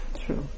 True